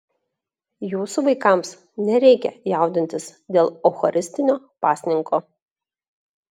jūsų vaikams nereikia jaudintis dėl eucharistinio pasninko